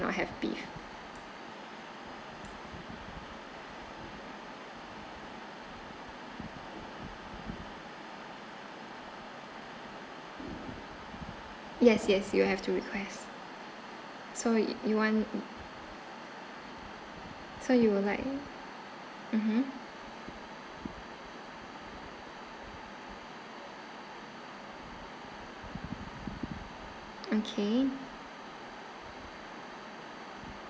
have beef yes yes you have to request so you want so you would like mmhmm okay